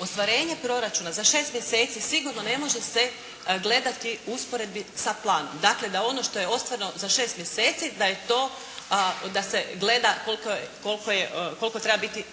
Ostvarenje proračuna za šest mjeseci sigurno ne može se gledati u usporedbi sa planom, dakle da ono što je ostvareno za šest mjeseci da se gleda koliko treba biti